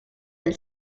del